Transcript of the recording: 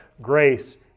Grace